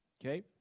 Okay